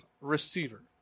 receiver